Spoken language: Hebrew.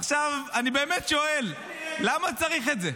עכשיו, אני באמת שואל: למה צריך את זה?